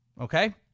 Okay